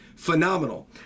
Phenomenal